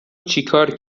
چیکار